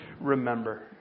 remember